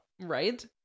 Right